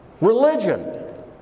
Religion